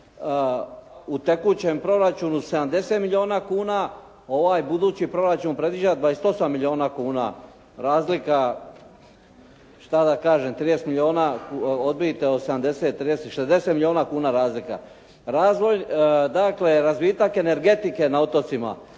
u tekućem proračunu 70 milijuna kuna, ovaj budući proračun predviđa 28 milijuna kuna. Razlika šta da kažem 30 milijuna odbite 80, 60 milijuna kuna razlika. Razvoj, dakle razvitak energetike na otocima